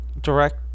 direct